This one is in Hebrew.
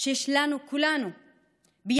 שיש לנו, כולנו ביחד,